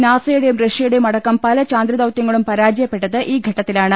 NASA യുടെയും റഷ്യയുടെയുമടക്കം പല ചാന്ദ്രദൌത്യങ്ങളും പരാജയപ്പെട്ടത് ഈ ഘട്ടത്തിലാണ്